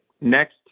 next